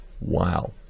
wow